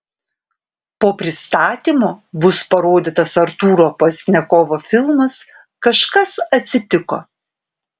po pristatymo bus parodytas artūro pozdniakovo filmas kažkas atsitiko